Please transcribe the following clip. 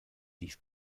dies